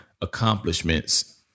accomplishments